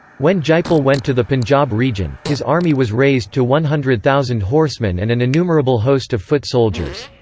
when jaipal went to the punjab region, his army was raised to one hundred thousand horsemen and an innumerable host of foot soldiers.